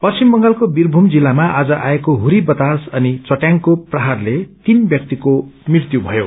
पश्चिम बंगालको बीरभूम जिल्लामा आज आएको हुरी बतास अनि घटयाङको प्रहारले तीन ब्यक्तिको मृत्यु भयो